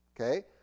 Okay